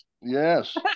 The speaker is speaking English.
Yes